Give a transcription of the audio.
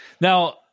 Now